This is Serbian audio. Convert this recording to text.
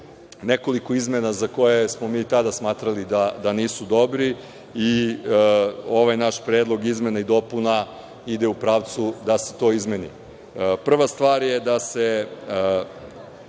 nekoliko izmena za koje smo mi tada smatrali da nisu dobri. Ovaj naš Predlog izmena i dopuna ide u pravcu da se to izmeni. Prva stvar je da se